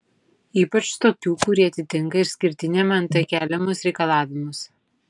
ypač tokių kurie atitinka išskirtiniam nt keliamus reikalavimus